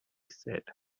said